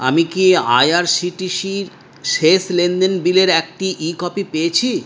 আমি কি I R C T C শেষ লেনদেন বিলের একটি ই কপি পেয়েছি